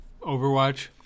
Overwatch